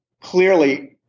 clearly